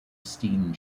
steam